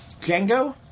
Django